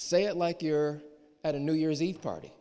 say it like you're at a new year's eve party